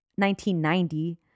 1990